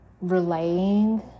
relaying